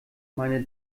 meine